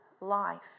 life